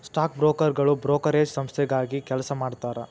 stock ಬ್ರೋಕರ್ಗಳು brokerage ಸಂಸ್ಥೆಗಾಗಿ ಕೆಲಸ ಮಾಡತಾರಾ